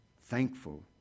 thankful